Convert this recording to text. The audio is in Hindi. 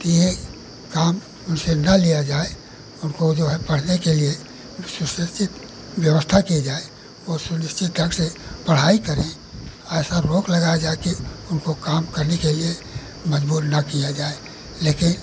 कि यह काम उनसे न लिया जाए उनको जो है पढ़ने के लिए एक सुनिश्चित व्यवस्था की जाए वह सुनिश्चित ढंग से पढ़ाई करें ऐसी रोक लगाई जाए कि उनको काम करने के लिए मज़बूर न किया जाए लेकिन